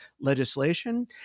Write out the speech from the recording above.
legislation